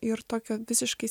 ir tokio visiškai